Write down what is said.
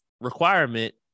requirement